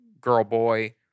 girl-boy